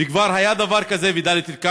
וכבר היה דבר כזה בדאלית-אלכרמל.